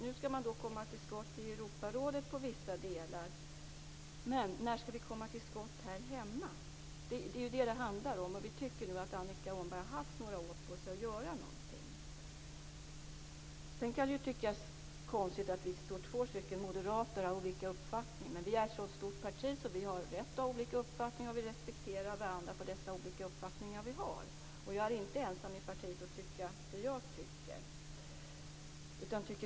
Nu skall man komma till skott i Europarådet i vissa delar, men när skall man komma till skott här hemma? Det är vad det handlar om. Vi tycker nog att Annika Åhnberg har haft några år på sig att göra någonting. Det kan tyckas konstigt att vi är två moderater som står här och har olika uppfattning. Vi är ett så stort parti att vi har rätt att ha olika uppfattning, och vi respekterar varandra för dessa olika uppfattningar. Jag är inte ensam i partiet om att tycka som jag tycker.